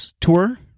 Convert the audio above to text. tour